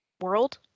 World